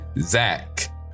Zach